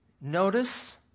notice